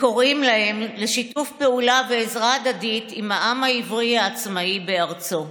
וקוראים להם לשיתוף פעולה ועזרה הדדית עם העם העברי העצמאי בארצו".